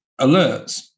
alerts